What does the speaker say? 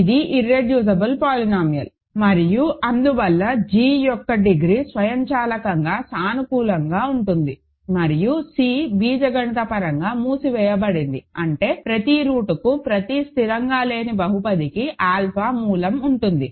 ఇది irreducible polynomial మరియు అందువల్ల g యొక్క డిగ్రీ స్వయంచాలకంగా సానుకూలంగా ఉంటుంది మరియు C బీజగణితపరంగా మూసివేయబడింది అంటే ప్రతి రూట్కు ప్రతి స్థిరంగా లేని బహుపది కి ఆల్ఫా మూలం ఉంటుంది